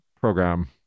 program